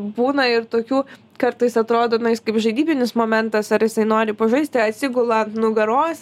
būna ir tokių kartais atrodo na jis kaip žaidybinis momentas ar jisai nori pažaisti atsigula ant nugaros